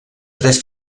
tres